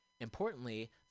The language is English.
Importantly